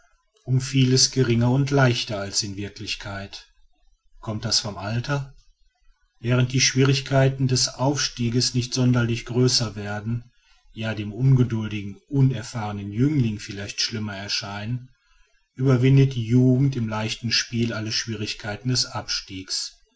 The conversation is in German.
um vieles geringer und leichter als in wirklichkeit kommt das vom alter während die schwierigkeiten des aufstiegs nicht sonderlich größer werden ja dem ungeduldigen unerfahrenen jüngling vielleicht schlimmer erscheinen überwindet die jugend im leichten spiel alle schwierigkeiten des abstiegs